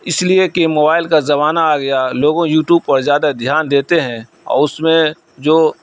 اس لیے کہ موائل کا زمانہ آ گیا لوگوں یو ٹوب پر زیادہ دھیان دیتے ہیں اور اس میں جو